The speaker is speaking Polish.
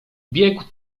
biegł